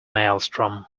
maelstrom